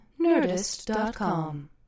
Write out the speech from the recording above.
Nerdist.com